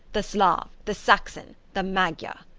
the slav, the saxon, the magyar.